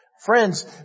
Friends